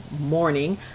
morning